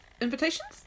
invitations